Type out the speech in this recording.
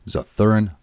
Zathurin